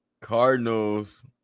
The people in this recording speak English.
Cardinals